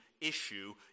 issue